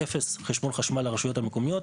אפס חשבון חשמל לרשויות המקומיות,